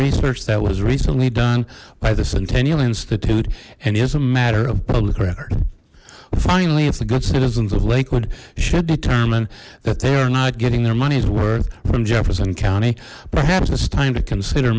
research that was recently done by the centennial institute and is a matter of public record finally if the good citizens of lakewood should determine that they are not getting their money's worth from jefferson county perhaps it's time to consider